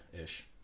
ish